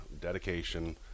dedication